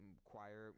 choir